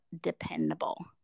dependable